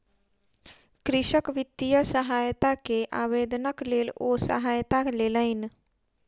कृषक वित्तीय सहायता के आवेदनक लेल ओ सहायता लेलैन